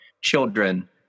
children